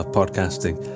podcasting